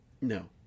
No